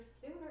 sooner